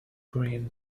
green